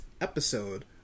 episode